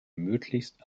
möglichst